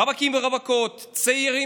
רווקים ורווקות, צעירים